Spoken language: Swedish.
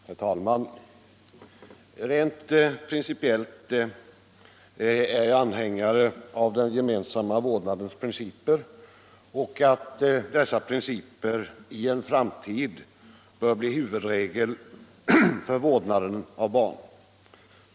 Herr talman! Jag är i och för sig anhängare av den gemensamma vårdnadens principer och anser att dessa principer i en framtid bör bli huvudregel för vårdnaden av barn.